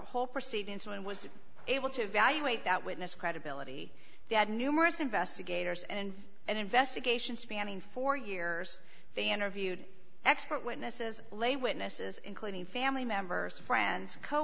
whole proceedings and was able to evaluate that witness credibility they had numerous investigators and an investigation spanning four years they interviewed expert witnesses lay witnesses including family members friends co